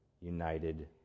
united